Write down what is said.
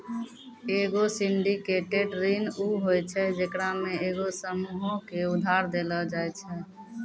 एगो सिंडिकेटेड ऋण उ होय छै जेकरा मे एगो समूहो के उधार देलो जाय छै